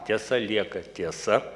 tiesa lieka tiesa